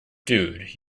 dude